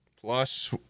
plus